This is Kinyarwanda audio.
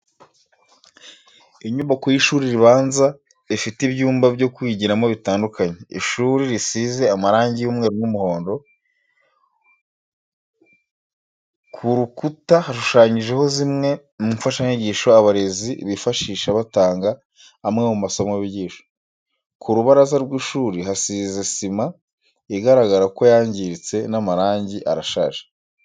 Inyubako y'ishuri ribanza rifite ibyumba byo kwigiramo bitandukanye, ishuri risize amarangi y'umweru n'umuhondo, ku rukura hashushanyijeho zimwe mu mfashanyigisho abarezi bifashisha batanga amwe mu masomo bigisha. Ku rubaraza rw'ishuri hasize sima igaragara ko yangiritse n'amarangi arashaje.